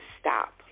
stop